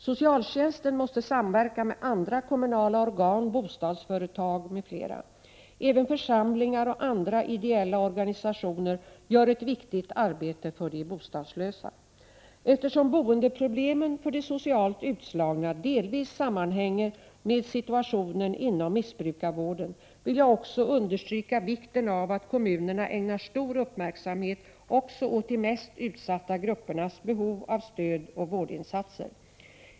Socialtjänsten måste samverka med andra kommunala organ, bostadsföre tag m.fl. Även församlingar och andra ideella organisationer gör ett viktigt Prot. 1988/89:39 arbete för de bostadslösa. 6 december 1988 Eftersom boendeproblemen för de socialt utslagna delvis sammanhänger med situationen inom missbrukarvården vill jag också understryka vikten av att kommunerna ägnar stor uppmärksamhet också åt de mest utsatta gruppernas behov av stöd och vårdinsatser.